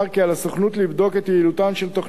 כי על הסוכנות "לבדוק את יעילותן של תוכניות